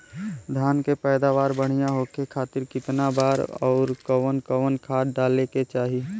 धान के पैदावार बढ़िया होखे खाती कितना बार अउर कवन कवन खाद डाले के चाही?